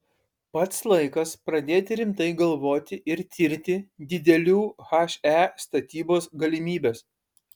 pats laikas pradėti rimtai galvoti ir tirti didelių he statybos galimybes